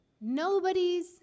Nobody's